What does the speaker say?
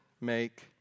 make